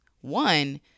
one